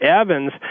Evans